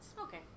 Okay